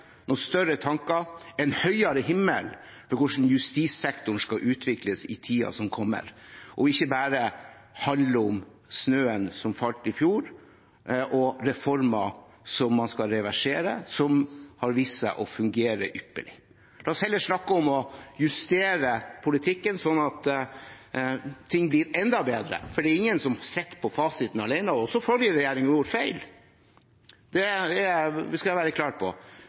noen større tanker, en høyere himmel for hvordan justissektoren skal utvikles i tiden som kommer, og at det ikke bare handlet om snøen som falt i fjor, og om reformer som man skal reversere – og som har vist seg å fungere ypperlig. La oss heller snakke om å justere politikken sånn at ting blir enda bedre, for det er ingen som sitter på fasiten alene. Også forrige regjering gjorde feil – det skal jeg være klar på: